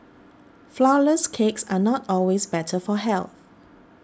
Flourless Cakes are not always better for health